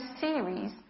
series